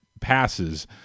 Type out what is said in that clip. passes